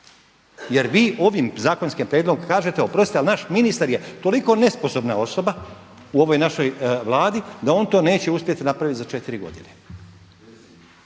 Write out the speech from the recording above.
Jer vi ovim zakonskim prijedlogom kažete oprostite ali naš ministar je toliko nesposobna osoba u ovoj našoj Vladi da on to neće uspjeti napraviti za 4 godine.